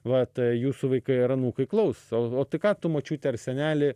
vat jūsų vaikai ar anūkai klaus o tai ką tu močiute ar seneli